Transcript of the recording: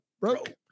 broke